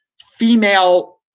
female